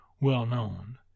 well-known